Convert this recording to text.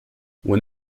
when